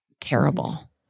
terrible